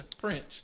French